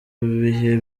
bihe